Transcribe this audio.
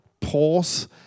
pause